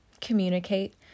communicate